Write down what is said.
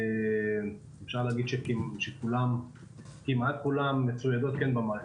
אפשר להגיד שכמעט כולן מצוידות במערכת.